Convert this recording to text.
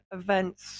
events